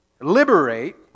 liberate